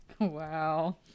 Wow